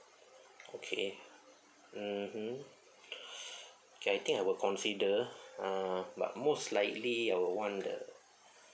okay mmhmm okay I think I will consider uh but most likely I will want the